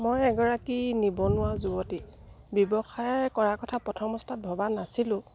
মই এগৰাকী নিবনুৱা যুৱতী ব্যৱসায় কৰাৰ কথা প্ৰথম অৱস্থাত ভবা নাছিলোঁ